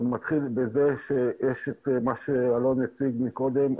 זה מתחיל בזה שיש את מה שאלון הציג קודם,